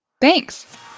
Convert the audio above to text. Thanks